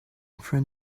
front